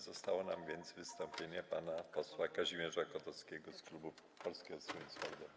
Zostało nam więc wystąpienie pana posła Kazimierza Kotowskiego z klubu Polskiego Stronnictwa Ludowego.